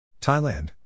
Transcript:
Thailand